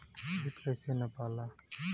खेत कैसे नपाला?